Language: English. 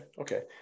okay